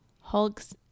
hulks